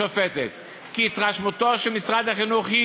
השופטת, כי התרשמותו של משרד החינוך היא